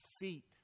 feet